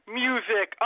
music